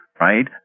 Right